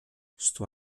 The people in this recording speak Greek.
στου